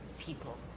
People